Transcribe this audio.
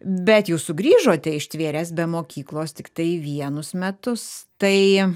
bet jūs sugrįžote ištvėręs be mokyklos tiktai vienus metus tai